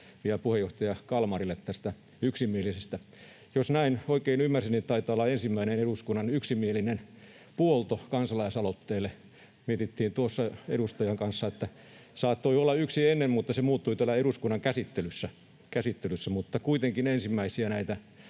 ja puheenjohtaja Kalmarille tästä yksimielisyydestä. Jos oikein ymmärsin, niin taitaa olla ensimmäinen eduskunnan yksimielinen puolto kansalaisaloitteelle. Mietittiin tuossa toisen edustajan kanssa, että saattoi olla yksi ennen, mutta se muuttui täällä eduskunnan käsittelyssä. Vaikka meille näitä